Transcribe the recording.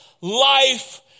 life